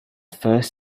first